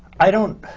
i don't